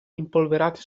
impolverati